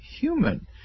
human